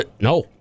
No